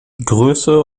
größe